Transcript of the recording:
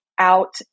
out